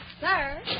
sir